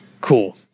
Cool